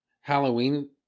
Halloween